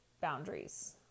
boundaries